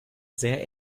sehr